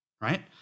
right